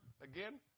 again